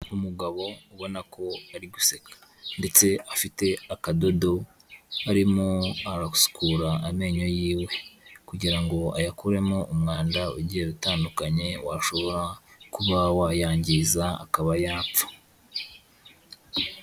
Umugabo ubona ko ari guseka ndetse afite akadodo arimo arasukura amenyo yiwe kugira ngo ayakuremo umwanda ugiye utandukanye washobora kuba wayangiza, akaba yapfa.